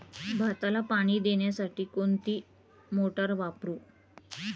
भाताला पाणी देण्यासाठी कोणती मोटार वापरू?